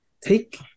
Take